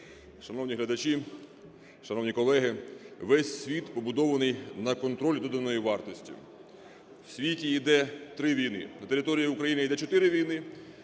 Шановні глядачі, шановні колеги, весь світ побудований на контролі доданої вартості. В світі йде три війни, на території України йде чотири війни.